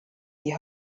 die